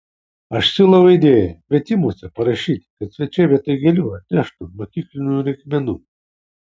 aš siūlau idėją kvietimuose parašyti kad svečiai vietoj gėlių atneštų mokyklinių reikmenų